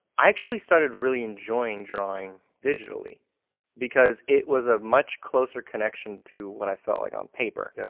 i actually started really enjoying drawing digitally because it was a much closer connection to what i felt like on paper. yeah